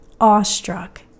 awestruck